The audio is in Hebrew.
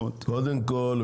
קודם כול,